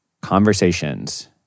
conversations